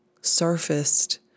surfaced